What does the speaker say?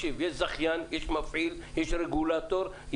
יש זכיין, יש מפעיל, יש רגולטור.